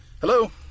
Hello